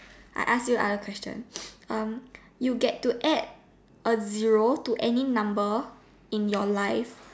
I ask you other question um you get to add a zero to any number in your life